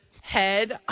head